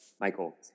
Michael